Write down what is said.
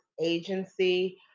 agency